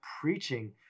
preaching